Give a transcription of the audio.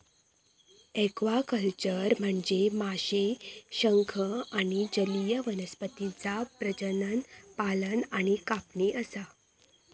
aquaculture म्हनजे माशे, शंख आणि जलीय वनस्पतींचा प्रजनन, पालन आणि कापणी असा